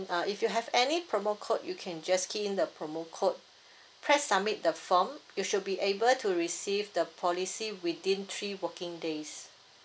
err if you have any promo code you can just key in the promo code press submit the form you should be able to receive the policy within three working days